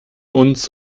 uns